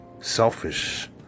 selfish